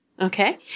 okay